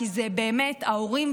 כי אלה באמת ההורים,